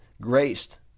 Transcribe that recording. graced